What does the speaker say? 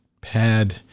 pad